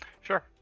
Sure